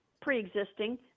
pre-existing